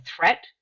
threat